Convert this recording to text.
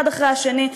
אחד אחרי השני,